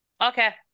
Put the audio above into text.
Okay